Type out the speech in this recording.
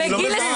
אני לא מבין.